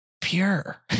pure